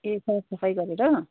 ए साफसफाई गरेर